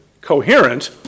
coherent